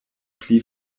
pli